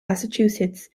massachusetts